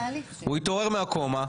הוא התעורר מהקומה?